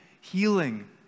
Healing